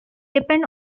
depend